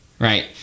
Right